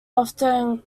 often